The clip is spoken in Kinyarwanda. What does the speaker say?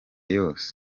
yose